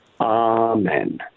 Amen